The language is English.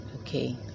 okay